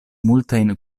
multajn